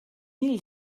mil